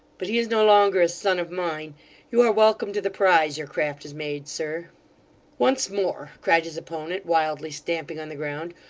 but he is no longer a son of mine you are welcome to the prize your craft has made, sir once more cried his opponent, wildly stamping on the ground,